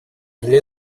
для